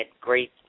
great